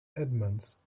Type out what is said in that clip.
edmonds